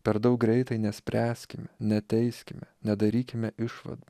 per daug greitai nespręskime neteiskime nedarykime išvadų